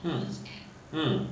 hmm hmm